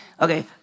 Okay